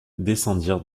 descendirent